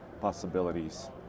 possibilities